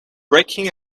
breaking